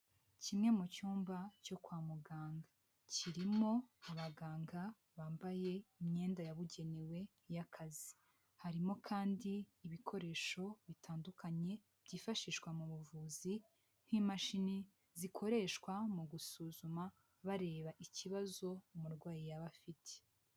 Kimwe mu cyumba cyo kwa muganga, kirimo abaganga bambaye imyenda yabugenewe y'akazi, harimo kandi ibikoresho bitandukanye byifashishwa mu buvuzi nk'imashini zikoreshwa mu gusuzuma bareba ikibazo umurwayi yaba afite.